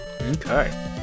Okay